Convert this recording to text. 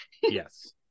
Yes